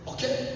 Okay